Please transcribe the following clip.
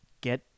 get